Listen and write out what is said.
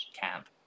Camp